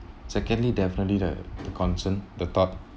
secondly definitely the the concern the thought